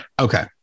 Okay